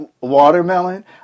watermelon